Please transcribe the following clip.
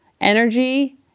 Energy